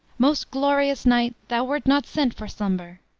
most glorious night! thou wert not sent for slumber!